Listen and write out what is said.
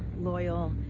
loyal.